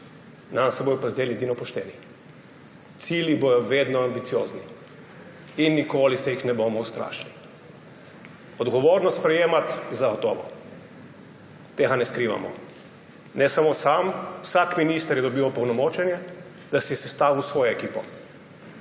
nam se bodo pa zdeli edini pošteni. Cilji bodo vedno ambiciozni in nikoli se jih ne bomo ustrašili. Odgovornost sprejemati – zagotovo, tega ne skrivamo. Ne samo sam, vsak minister je dobil opolnomočenje, da si je sestavil svojo ekipo.